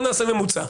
בוא נעשה ממוצע.